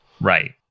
Right